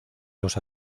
los